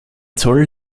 zoll